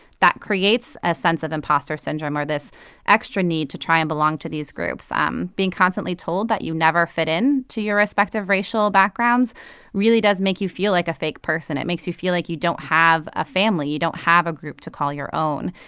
that creates a sense of impostor syndrome or this extra need to try and belong to these groups. um being constantly told that you never fit in to your respective racial backgrounds really does make you feel like a fake person. it makes you feel like you don't have a family, you don't have a group to call your own.